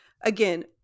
again